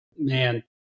Man